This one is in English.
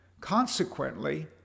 Consequently